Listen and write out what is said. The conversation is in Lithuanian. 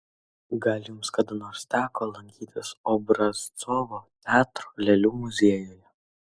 gal jums kada nors teko lankytis obrazcovo teatro lėlių muziejuje